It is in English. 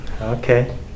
Okay